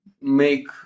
make